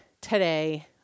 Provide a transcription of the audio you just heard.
today